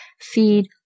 feed